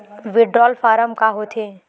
Withdrawal form का होथे?